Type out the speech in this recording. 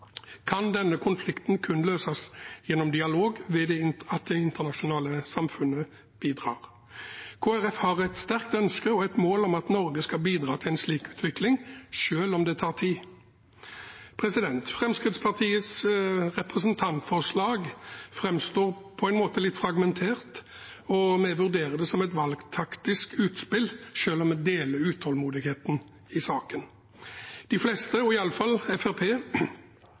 kan denne konflikten kun løses gjennom dialog ved at det internasjonale samfunnet bidrar. Kristelig Folkeparti har et sterkt ønske og et mål om at Norge skal bidra til en slik utvikling, selv om det tar tid. Fremskrittspartiets representantforslag framstår på en måte litt fragmentert, og vi vurderer det som et valgtaktisk utspill, selv om vi deler utålmodigheten i saken. De fleste, og iallfall